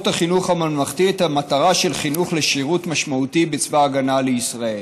החינוך הממלכתי את המטרה של חינוך לשירות משמעותי בצבא הגנה לישראל.